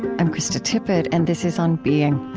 i'm krista tippett and this is on being.